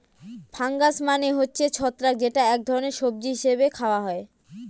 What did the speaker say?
fungus মানে হচ্ছে ছত্রাক যেটা এক ধরনের সবজি হিসেবে খাওয়া হয়